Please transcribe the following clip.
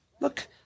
Look